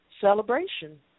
celebration